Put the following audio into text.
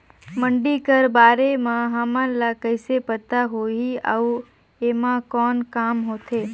मंडी कर बारे म हमन ला कइसे पता होही अउ एमा कौन काम होथे?